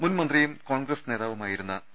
മുൻ മന്ത്രിയും കോൺഗ്സ് നേതാ വു മായിരുന്ന പി